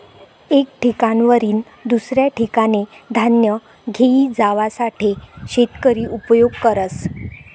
एक ठिकाणवरीन दुसऱ्या ठिकाने धान्य घेई जावासाठे शेतकरी उपयोग करस